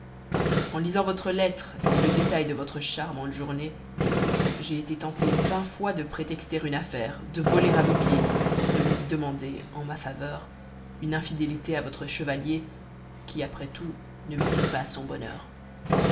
en lisant votre lettre le détail de votre charmante journée j'ai été tentée vingt fois de prétexter une affaire de voler à vos pieds de vous y demander en ma faveur une infidélité à votre chevalier qui après tout ne mérite pas son bonheur